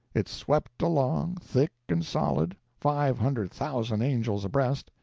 it swept along, thick and solid, five hundred thousand angels abreast,